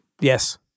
Yes